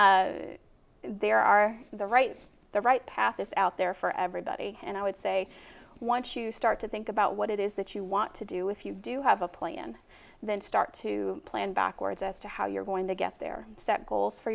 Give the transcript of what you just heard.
are there are the right the right path is out there for everybody and i would say once you start to think about what it is that you want to do if you do have a plan then start to plan backwards as to how you're going to get there set goals for